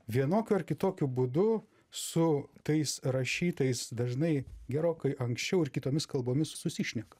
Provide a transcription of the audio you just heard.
vienokiu ar kitokiu būdu su tais rašytais dažnai gerokai anksčiau ir kitomis kalbomis susišneka